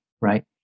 right